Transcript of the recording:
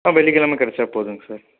ஆ வெள்ளிக்கிழமை கிடைச்சா போதுங்க சார்